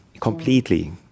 completely